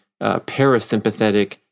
parasympathetic